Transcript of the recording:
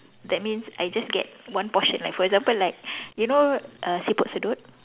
that means I just get one portion like for example like you know uh siput sedut